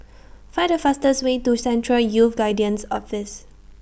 Find The fastest Way to Central Youth Guidance Office